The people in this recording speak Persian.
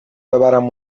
ببرم